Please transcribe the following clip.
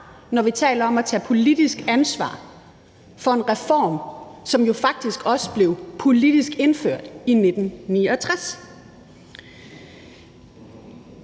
når vi taler om at tage politisk ansvar for en reform, som jo faktisk også blev politisk indført i 1969.